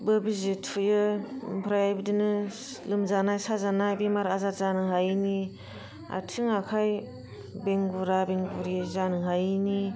बो बिजि थुयो ओमफ्राय बिदिनो लोमजानाय साजानाय बेमार आजार जानो हायैनि आथिं आखाइ बेंगुरा बेंगुरि जानो हायैनि